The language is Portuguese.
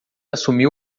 assumiu